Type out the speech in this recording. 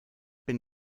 been